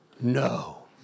no